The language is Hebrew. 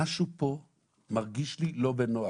משהו פה מרגיש לי לא בנוח.